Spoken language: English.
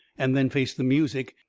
and then face the music,